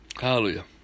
Hallelujah